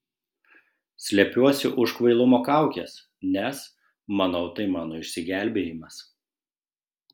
slepiuosi už kvailumo kaukės nes manau tai mano išsigelbėjimas